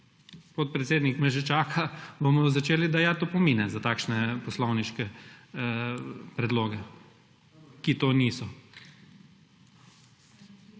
podpredsednik me že čaka – dajati opomine za takšne poslovniške predloge, ki to niso.